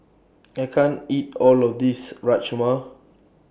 I can't eat All of This Rajma